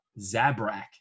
Zabrak